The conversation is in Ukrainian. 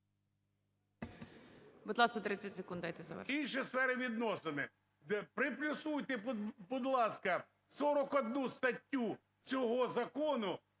Будь ласка, 30 секунд дайте завершити. НІМЧЕНКО В.І. …інші сфери, відносини. Приплюсуйте, будь ласка, 41 статтю цього закону,